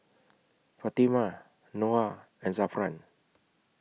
Fatimah Noah and Zafran